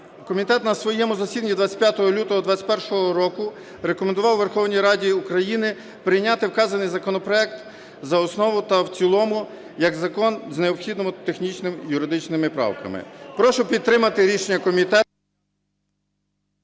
Комітет на своєму засіданні 25 лютого 21-го року рекомендував Верховній Раді України прийняти вказаний законопроект за основу та в цілому як закон з необхідними технічними, юридичними правками. Прошу підтримати рішення комітету.